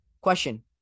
question